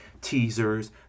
teasers